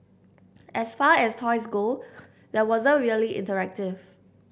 as far as toys go these weren't really interactive